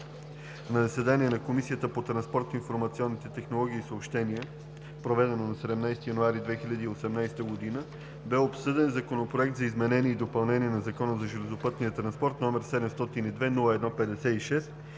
На заседание на Комисията по транспорт, информационни технологии и съобщения, проведено на 17 януари 2018 г., бе обсъден Законопроект за изменение и допълнение на Закона за железопътния транспорт, № 702-01-56,